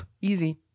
Easy